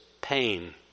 pain